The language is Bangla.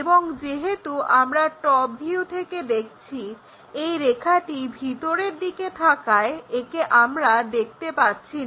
এবং যেহেতু আমরা টপ ভিউ থেকে দেখছি এই রেখাটি ভিতরের দিকে থাকায় একে আমরা দেখতে পাচ্ছি না